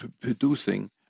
producing